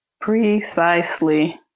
Precisely